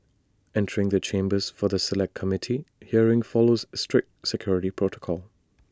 entering the chambers for the Select Committee hearing follows strict security protocol